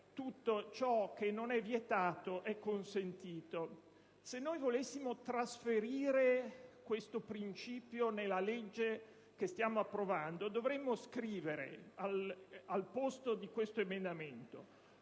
tutto ciò che non è vietato è consentito. Se noi volessimo trasferire questo principio nella legge che stiamo approvando, dovremmo scrivere al posto di questo emendamento: